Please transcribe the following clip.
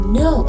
no